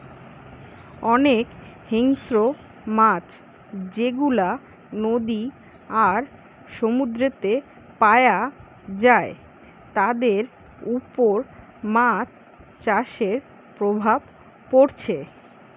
অনেক হিংস্র মাছ যেগুলা নদী আর সমুদ্রেতে পায়া যায় তাদের উপর মাছ চাষের প্রভাব পড়ছে